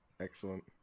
Excellent